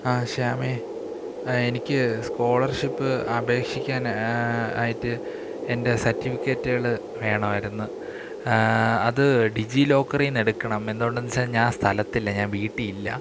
ആ ശ്യാമേ എനിക്ക് സ്കോളർഷിപ്പ് അപേക്ഷിക്കാനാ ആയിട്ട് എൻ്റെ സർട്ടിഫിക്കറ്റുകള് വേണമായിരുന്ന് അത് ഡിജി ലോക്കറില്നിന്ന് എടുക്കണം എന്തുകൊണ്ടെന്നുവച്ചാല് ഞാന് സ്ഥലത്തില്ല ഞാന് വീട്ടില് ഇല്ല